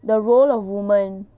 the role of woman